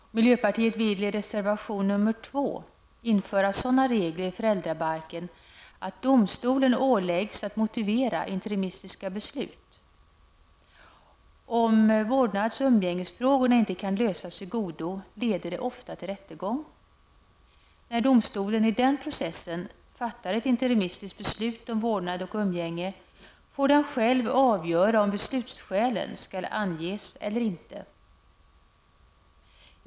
Vi i miljöpartiet vill, det framgår av reservation nr 2, införa regler i föräldrabalken som innebär att domstolen åläggs att motivera interimistiska beslut. Om vårdnads och umgängesfrågorna inte kan lösas i godo, blir det ofta rättegång. När domstolen i den processen fattar ett interimistiskt beslut om vårdnad och umgänge får den själv avgöra om beslutsskälen skall anges eller inte.